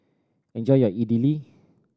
enjoy your Idili